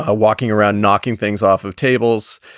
ah walking around, knocking things off of tables.